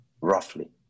roughly